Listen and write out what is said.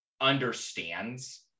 understands